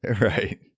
Right